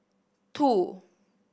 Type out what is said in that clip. two